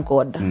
God